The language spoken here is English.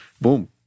boom